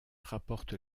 rapporte